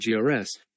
grs